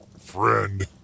friend